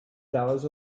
dollars